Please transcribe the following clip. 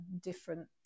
different